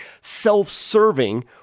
self-serving